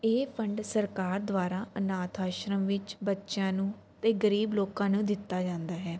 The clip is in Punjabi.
ਇਹ ਫੰਡ ਸਰਕਾਰ ਦੁਆਰਾ ਅਨਾਥ ਆਸ਼ਰਮ ਵਿੱਚ ਬੱਚਿਆਂ ਨੂੰ ਅਤੇ ਗਰੀਬ ਲੋਕਾਂ ਨੂੰ ਦਿੱਤਾ ਜਾਂਦਾ ਹੈ